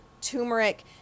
turmeric